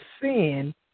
sin